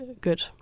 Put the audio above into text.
good